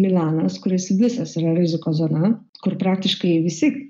milanas kuris visas yra rizikos zona kur praktiškai visi